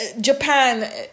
Japan